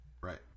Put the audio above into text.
Right